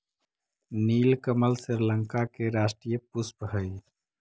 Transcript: नीलकमल श्रीलंका के राष्ट्रीय पुष्प हइ